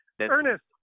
Ernest